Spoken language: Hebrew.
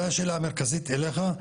זה השאלה המרכזית אליך,